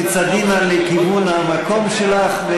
תצעדי נא לכיוון המקום שלך,